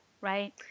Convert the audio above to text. Right